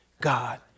God